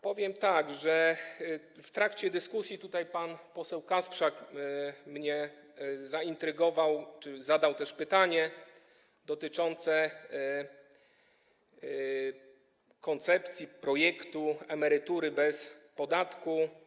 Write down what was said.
Powiem tak, że w trakcie dyskusji tutaj pan poseł Kasprzak mnie zaintrygował, zadał też pytanie dotyczące koncepcji projektu emerytury bez podatku.